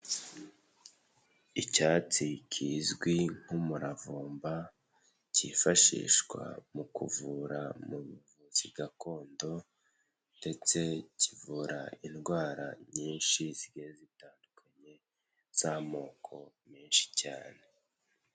Icyatsi kizwi nk'umuravumba cyifashishwa mu kuvura mu buvuzi gakondo ndetse kivura indwara nyinshi zigiye zitandukanye z'amoko menshi cyane.